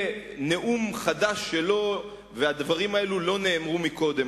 נאום חדש שלו והדברים הללו לא נאמרו מקודם.